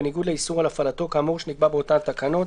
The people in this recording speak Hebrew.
בניגוד לאיסור על הפעלתו כאמור שנקבע באותן תקנות,